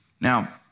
Now